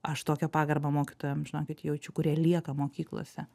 aš tokią pagarbą mokytojam žinokit jaučiu kurie lieka mokyklose